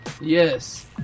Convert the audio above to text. Yes